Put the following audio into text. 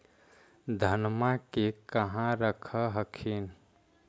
धनमा के कहा रख हखिन?